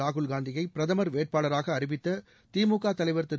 ராகுல் காந்தியை பிரதமர் வேட்பாளராக அறிவித்த திமுக தலைவர் திரு